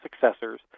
successors